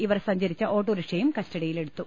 ഇവർ സഞ്ചരിച്ച ഓട്ടോറിക്ഷയും കസ്റ്റഡിയിലെടുത്തു